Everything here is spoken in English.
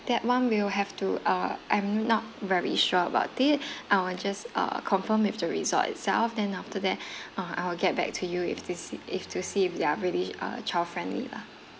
that one we'll have to uh I'm not very sure about it I will just uh confirm if the resort itself then after that uh I will get back to you if this if to see if they are really child friendly lah